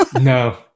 No